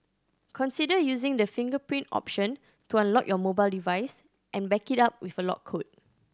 consider using the fingerprint option to unlock your mobile device and back it up with a lock code